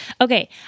Okay